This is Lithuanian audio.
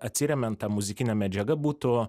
atsiremiant ta muzikinė medžiaga būtų